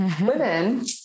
women